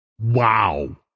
wow